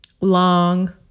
long